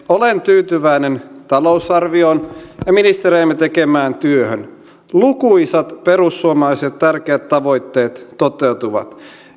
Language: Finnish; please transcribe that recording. olen tyytyväinen talousarvioon ja ministereidemme tekemään työhön lukuisat perussuomalaisille tärkeät tavoitteet toteutuvat